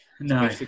No